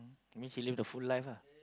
I mean he live the full life ah